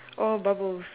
oh bubbles